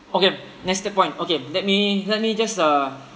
okay next t~ point okay let me let me just uh